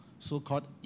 so-called